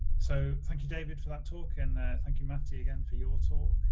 so thank you david for that talk and thank you matti again for your talk.